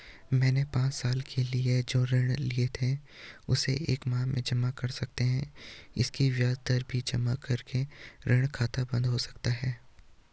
मैंने पांच साल के लिए जो ऋण लिए थे उसे एक माह में जमा कर सकते हैं इसकी ब्याज दर भी जमा करके ऋण खाता बन्द हो सकता है?